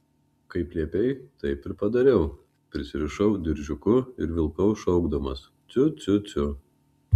kaip liepei taip ir padariau prisirišau diržiuku ir vilkau šaukdamas ciu ciu ciu